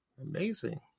Amazing